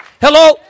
Hello